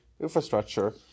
infrastructure